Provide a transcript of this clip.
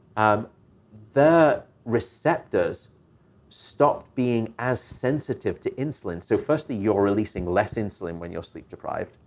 um their receptors stopped being as sensitive to insulin. so, firstly, you're releasing less insulin when you're sleep-deprived.